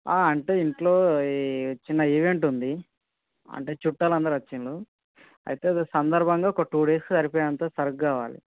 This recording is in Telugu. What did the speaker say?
అంటే ఇంట్లో ఈ చిన్న ఈవెంట్ ఉంది అంటే చుట్టాలు అందరు వచ్చిండ్రు అయితే ఈ సందర్భంగా ఒక టూ డేస్ సరిపోయే అంత సరుకు కావాలి